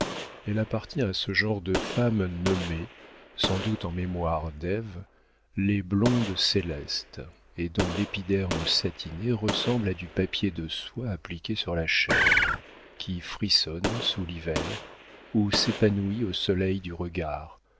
elle appartient à ce genre de femmes nommées sans doute en mémoire d'ève les blondes célestes et dont l'épiderme satiné ressemble à du papier de soie appliqué sur la chair qui frissonne sous l'hiver ou s'épanouit au soleil du regard